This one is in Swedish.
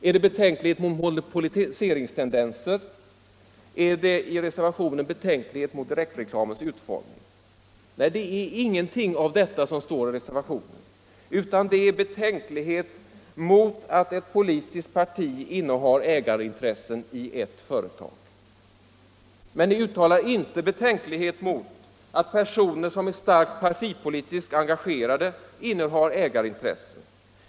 Är det betänkligheter mot monopoliseringstendenser? Är det betänkligheter mot direktreklamens utformning? Nej, det är ingenting av detta. Vad som anförs i reservationen är betänkligheter mot att ett politiskt parti innehar ägarintressen i ett företag. Men ni uttalar inte betänkligheter mot att personer som är starkt partipolitiskt engagerade innehar ägarintressen.